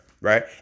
right